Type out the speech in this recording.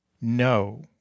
no